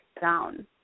down